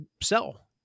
sell